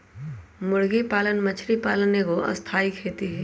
मुर्गी पालन मछरी पालन एगो स्थाई खेती हई